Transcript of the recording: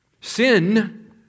Sin